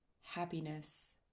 happiness